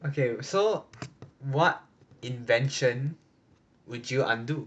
okay so what invention would you undo